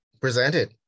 presented